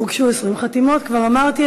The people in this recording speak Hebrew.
הוגשו 20 חתימות, כבר אמרתי.